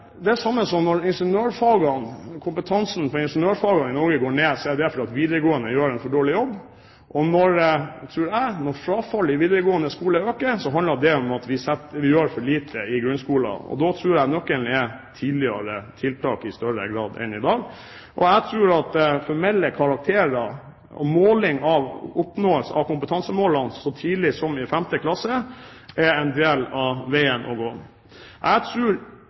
det samme: Det er fordi videregående gjør en for dårlig jobb. Og når frafallet i videregående øker, handler det om at vi gjør for lite i grunnskolen. Jeg tror nøkkelen er tidligere tiltak i større grad enn i dag. Jeg tror formelle karakterer og måling av oppnåelse av kompetansemålene så tidlig som i 5. klasse er en del av veien å gå.